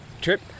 trip